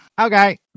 Okay